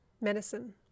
Medicine